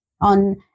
on